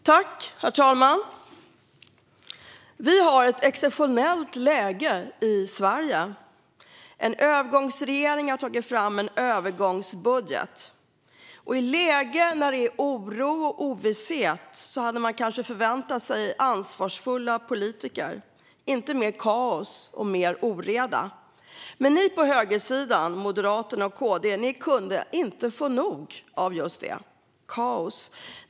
Herr talman! Vi har ett exceptionellt läge i Sverige. En övergångsregering har tagit fram en övergångsbudget. I ett läge när det är oro och ovisshet hade man kanske förväntat sig ansvarsfulla politiker i stället för mer kaos och oreda. Men ni på högersidan, Moderaterna och Kristdemokraterna, kunde inte få nog av just kaos.